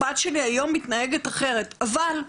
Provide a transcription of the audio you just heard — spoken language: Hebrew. הבת שלי היום מתנהגת אחרת, אבל,